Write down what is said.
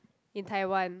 in Taiwan